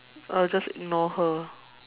I will just ignore her